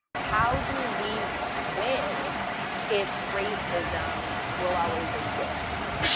how do we win if racism will always exist?